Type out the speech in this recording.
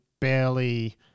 barely